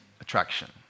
attraction